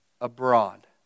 abroad